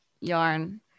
yarn